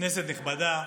כנסת נכבדה,